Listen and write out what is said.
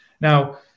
Now